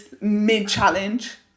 mid-challenge